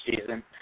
season